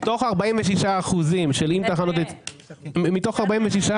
מתוך 46% במסלול עם תחנות יציאה 8%